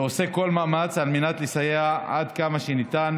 ועושה כל מאמץ על מנת לסייע עד כמה שניתן